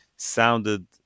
Sounded